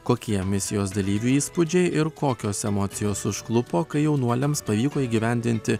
kokie misijos dalyvių įspūdžiai ir kokios emocijos užklupo kai jaunuoliams pavyko įgyvendinti